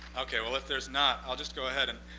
ok, well, if there's not, i'll just go ahead. and